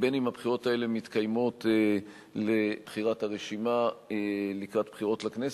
אם הבחירות האלה מתקיימות לבחירת הרשימה לקראת בחירות לכנסת,